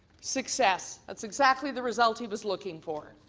success, that's exactly the result he was looking for.